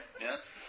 Yes